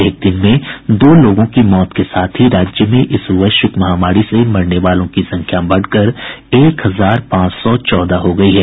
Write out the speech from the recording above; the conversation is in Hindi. एक दिन में दो लोगों की मौत के साथ ही राज्य में इस वैश्विक महामारी से मरने वालों की संख्या बढ़कर एक हजार पांच सौ चौदह हो गई है